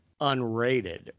unrated